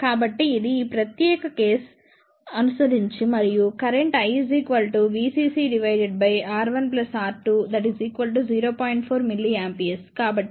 కాబట్టిఇది ఈ ప్రత్యేక కేస్ కన్నా మంచిది మరియు కరెంట్ I VccR1R2 0